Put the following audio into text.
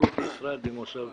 יקוטי ישראל, ממושב דוב"ב.